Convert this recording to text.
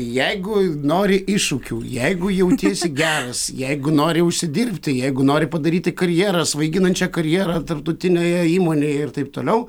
jeigu nori iššūkių jeigu jautiesi geras jeigu nori užsidirbti jeigu nori padaryti karjerą svaiginančią karjerą tarptautinėje įmonėj ir taip toliau